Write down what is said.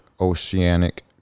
oceanic